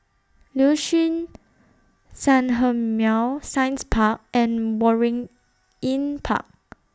Liuxun Sanhemiao Science Park and Waringin Park